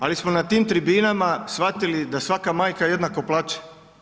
Ali smo na tim tribinama shvatili da svaka majka jednako plaće.